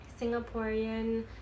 Singaporean